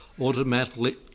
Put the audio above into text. automatically